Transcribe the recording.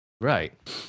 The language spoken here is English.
right